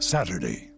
Saturday